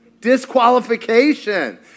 Disqualification